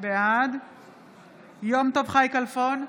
בעד יום טוב חי כלפון,